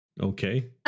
Okay